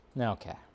Okay